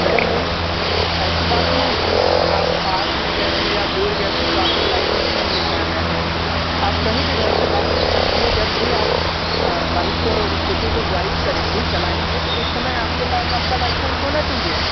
madam यही ऐसी बात नहीं होती है कि आप पास में गए थे या दूर गए थे तो आपको लाइसंस नहीं ले कर आना है आप कहीं भी घर से बाहर निकल रहे हो जब भी आप बाइक और स्कूटी को ड्राइव करेंगी चलाएंगी तो उस समय आपके पास आपका लाइसंस होना चाहिए